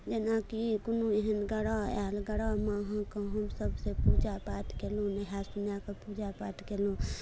जेनाकि कोनो एहन ग्रह आयल ग्रहमे अहाँकेँ हमसभ सभ पूजा पाठ कयलहुँ नहाए सोनाए कए पूजा पाठ कयलहुँ